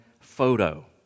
photo